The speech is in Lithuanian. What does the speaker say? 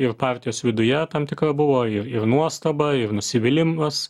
ir partijos viduje tam tikra buvo ir nuostaba ir nusivylimus